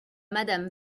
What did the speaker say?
madame